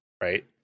Right